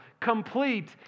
complete